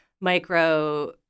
micro